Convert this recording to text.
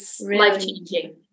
life-changing